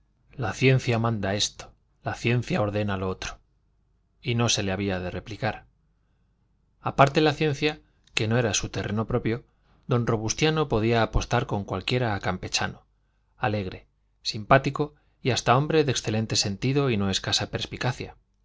la ciencia manda esto la ciencia ordena lo otro y no se le había de replicar aparte la ciencia que no era su terreno propio don robustiano podía apostar con cualquiera a campechano alegre simpático y hasta hombre de excelente sentido y no escasa perspicacia